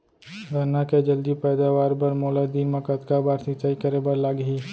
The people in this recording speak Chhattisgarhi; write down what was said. गन्ना के जलदी पैदावार बर, मोला दिन मा कतका बार सिंचाई करे बर लागही?